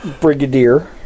brigadier